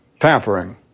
tampering